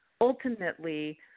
ultimately